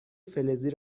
فلزی